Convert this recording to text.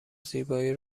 زیبایی